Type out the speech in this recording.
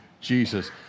Jesus